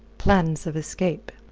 plans of escape